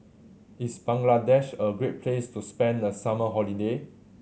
is Bangladesh a great place to spend the summer holiday